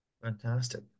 Fantastic